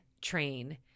train